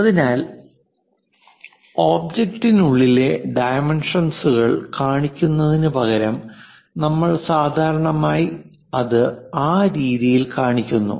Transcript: അതിനാൽ ഒബ്ജക്റ്റിനുള്ളിലെ ഡൈമെൻഷൻസ്കൾ കാണിക്കുന്നതിനുപകരം നമ്മൾ സാധാരണയായി അത് ആ രീതിയിൽ കാണിക്കുന്നു